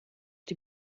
die